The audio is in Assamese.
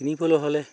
কিনিবলৈ হ'লে